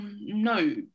no